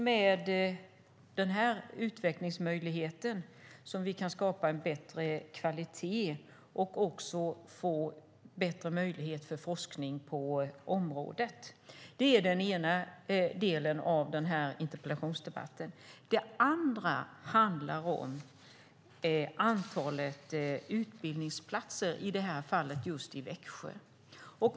Med den utvecklingsmöjligheten kan vi skapa en bättre kvalitet och få bättre möjligheter för forskning på området. Det andra gäller antalet utbildningsplatser, i det här fallet i Växjö.